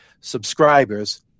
subscribers